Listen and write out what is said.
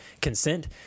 consent